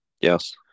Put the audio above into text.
Yes